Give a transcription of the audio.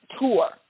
tour